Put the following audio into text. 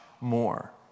more